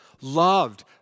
loved